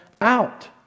out